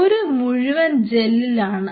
ഒരു മുഴുവൻ ജെല്ലിലാണ്